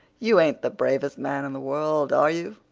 you ain't the bravest man in the world, are you?